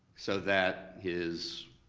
so that his